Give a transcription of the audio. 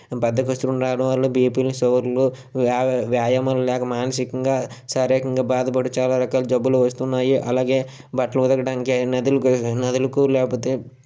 బద్దకస్థం రావడం వలన బీపీలు షుగర్లు వ్యాయ వ్యాయామం లేక మానసికంగా శారీరకంగా బాధపడి చాలా రకాల జబ్బులు వస్తున్నాయి అలాగే బట్టలు ఉతకడానికి నదులుకు నదులకు లేకపోతే